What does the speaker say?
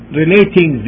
relating